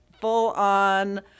full-on